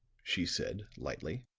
she said, lightly.